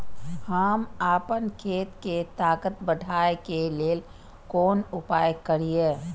हम आपन खेत के ताकत बढ़ाय के लेल कोन उपाय करिए?